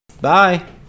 Bye